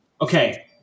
okay